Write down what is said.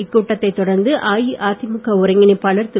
இக்கூட்டத்தை தொடர்ந்து அஇஅதிமுக ஒருங்கிணைப்பாளர் திரு